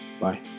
Bye